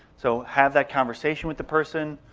so have that conversation with the person,